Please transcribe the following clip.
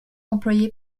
employés